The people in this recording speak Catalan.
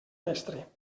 mestre